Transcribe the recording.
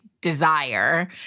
desire